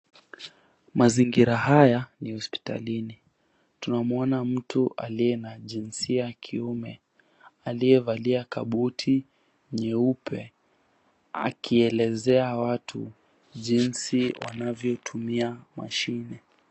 Mazingira haya ni hosipitalini, tunamuona mtu aliye na jinsia ya kiume aliyevalia kabuti nyeupe akielezea watu jinsi wanavyoitumia mashine.